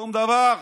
שום דבר.